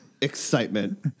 excitement